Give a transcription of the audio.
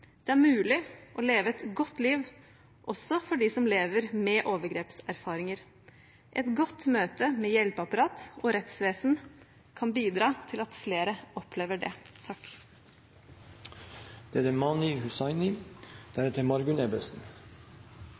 Det er mulig å leve et godt liv også for dem som lever med overgrepserfaringer. Et godt møte med hjelpeapparat og rettsvesen kan bidra til at flere opplever det. Jeg er